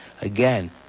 Again